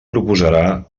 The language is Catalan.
proposarà